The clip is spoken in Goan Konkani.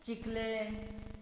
चिकलें